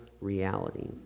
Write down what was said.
reality